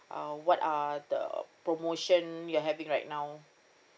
uh what are the promotion you're having right now